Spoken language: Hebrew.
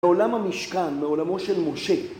מעולם המשכן, מעולמו של משה